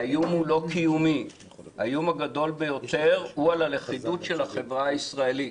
כשהאיום הוא לא קיומי אלא איום על הלכידות של החברה הישראלית,